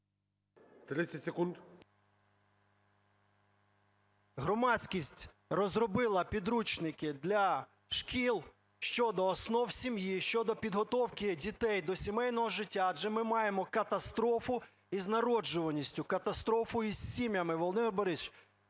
П.Я. Громадськість розробила підручники для шкіл щодо основ сім'ї, щодо підготовки дітей до сімейного життя, адже ми маємо катастрофу із народжуваністю, катастрофу із сім'ями. Володимир Борисович,